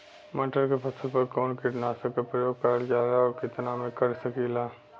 मटर के फसल पर कवन कीटनाशक क प्रयोग करल जाला और कितना में कर सकीला?